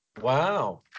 Wow